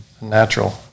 natural